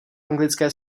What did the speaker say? anglické